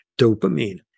dopamine